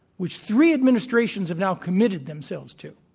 which three administrations have now committed themselves to,